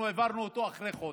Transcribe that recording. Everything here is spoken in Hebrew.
אנחנו העברנו אותו אחרי חודש.